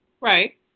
Right